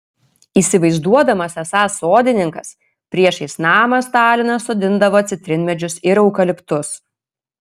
įsivaizduodamas esąs sodininkas priešais namą stalinas sodindavo citrinmedžius ir eukaliptus